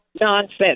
nonsense